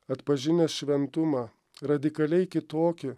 atpažinęs šventumą radikaliai kitokį